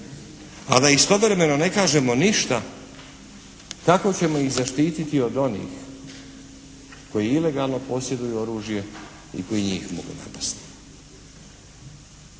a da istovremeno ne kažemo ništa kako ćemo ih zaštititi od onih koji ilegalno posjeduju oružje i koji njih mogu napasti.